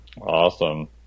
Awesome